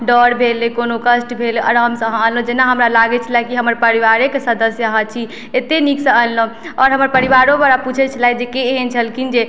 डर भेल नहि कोनो कष्ट भेल आराम से अहाँ अनलहुॅं जेना हमरा लागै छलै कि हमर परिवारेके सदस्य अहाँ छी अतेक नीक से अनलहुॅं आओर हमर परिवारोबला पुछै छलथि जे के एहन छलखिन जे